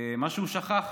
מה שהוא שכח,